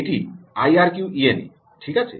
এটি আইআরকিউইএনএ ঠিক আছে